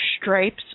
stripes